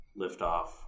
liftoff